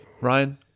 Ryan